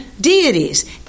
deities